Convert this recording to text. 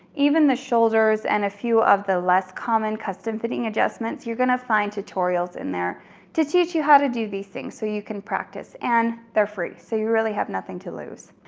even the shoulders and a few of the less common custom fitting adjustments, you're gonna find tutorials in there to teach you how to do these things so you can practice, and they're free, so you really have nothing to lose.